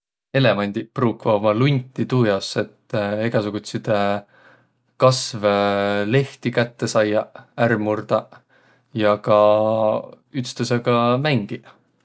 Eelevandiq pruukva uma lunti tuu jaos, et egäsugutsidõ kasvõ lehti kätte saiaq, ärq murdaq ja ka ütstõsõga mängiq.